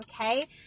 okay